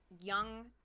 young